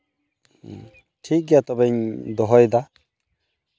ᱴᱷᱤᱠ ᱜᱮᱭᱟ ᱛᱚᱵᱮᱧ ᱫᱚᱦᱚᱭᱮᱫᱟ